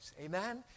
Amen